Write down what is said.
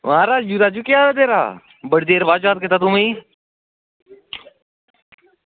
आं राजू राजू केह् हाल ऐ तेरा बड़े चिर दे बाद याद कीता तो मिगी